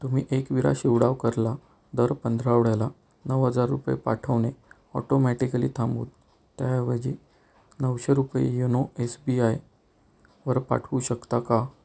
तुम्ही एकविरा शिवडावकरला दर पंधरावड्याला नऊ हजार रुपये पाठवणे ऑटोमॅटिकली थांबवून त्याऐवजी नऊशे रुपये योनो एस बी आय वर पाठवू शकता का